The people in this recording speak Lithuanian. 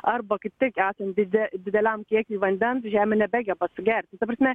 arba kaip tik esant dide dideliam kiekiui vandens žemė nebegeba sugerti ta prasme